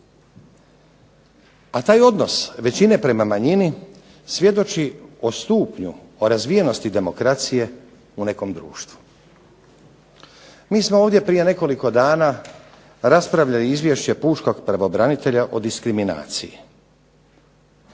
A taj odnos većine prema manjini, svjedoči o stupnju o razvijenosti demokracije u nekom društvu. Mi smo ovdje prije nekoliko dana raspravili izvješće Pučkog pravobranitelja o diskriminaciji.